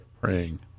Praying